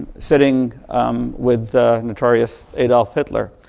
sitting with the notorious adolph hitler.